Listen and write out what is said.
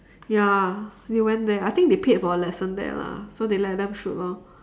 ya they went there I think they paid for a lesson there lah so they let them shoot lor